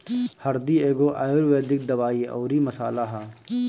हरदी एगो आयुर्वेदिक दवाई अउरी मसाला हअ